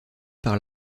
par